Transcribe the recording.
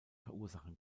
verursachen